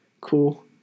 cool